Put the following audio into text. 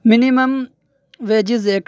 minimum wages act